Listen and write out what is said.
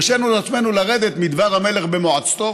הרשינו לעצמנו לרדת מדבר המלך במועצתו